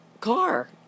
car